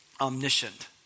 omniscient